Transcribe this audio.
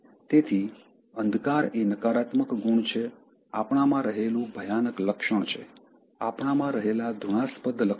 તેથી અંધકાર એ નકારાત્મક ગુણ છે આપણામાં રહેલું ભયાનક લક્ષણ છે આપણામાં રહેલા ઘૃણાસ્પદ લક્ષણ છે